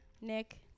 Nick